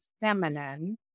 feminine